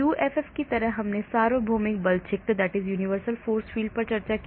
UFF की तरह हमने सार्वभौमिक बल क्षेत्र पर चर्चा की